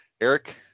Eric